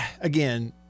again